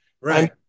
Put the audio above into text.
Right